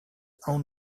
own